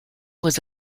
was